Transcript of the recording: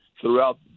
throughout